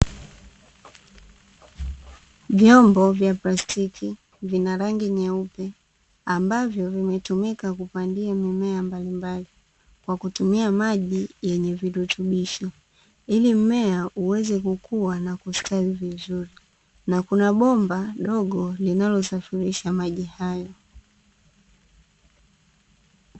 Vyombo vya plastiki vinarangi nyeupe ambavyo vimetumika kupandia mimea mbalimbali, kwa kutumia maji yenye virutubisho ili mmea uweze kukua na kustawi vizuri na kuna bomba dogo linalosafirisha maji haya.